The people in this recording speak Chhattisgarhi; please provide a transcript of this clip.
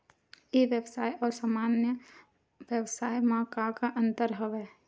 ई व्यवसाय आऊ सामान्य व्यवसाय म का का अंतर हवय?